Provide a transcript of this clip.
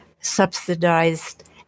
subsidized